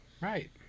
Right